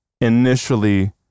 initially